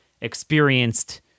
experienced